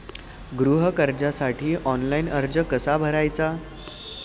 गृह कर्जासाठी ऑनलाइन अर्ज कसा भरायचा?